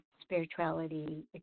spirituality